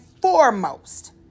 foremost